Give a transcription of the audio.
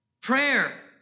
prayer